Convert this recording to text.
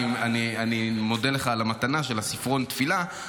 אני מודה לך על המתנה של ספרון התפילה.